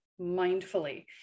mindfully